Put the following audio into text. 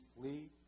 flee